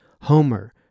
Homer